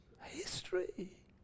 history